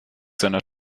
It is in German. seiner